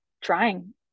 trying